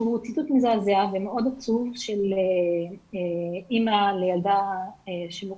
ציטוט מזעזע ומאוד עצוב של אימא לילדה ששמה